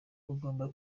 ugomba